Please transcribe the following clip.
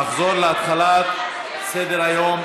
נחזור להתחלת סדר-היום,